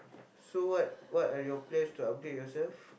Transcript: so what what are your plans to upgrade yourself